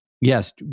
Yes